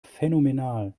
phänomenal